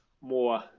more